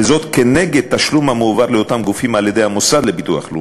וזאת כנגד תשלום המועבר לאותם גופים על-ידי המוסד לביטוח לאומי.